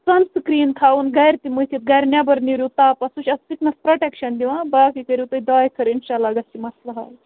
سَن screen تھاوُن گَرِ تہِ مٔتھِتھ گَرِ نیٚبَر نیٖرِیو تاپَس سُہ چھُ اَتھ سِکنَس پرٛوٹیٚکشن دِوان باقٕے کٔرِو تُہۍ دُعایہِ خٲر اِنشاء اللّہ گَژھِ یہِ مَسلہٕ حَل